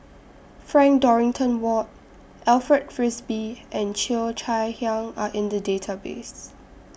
Frank Dorrington Ward Alfred Frisby and Cheo Chai Hiang Are in The Database